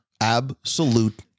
absolute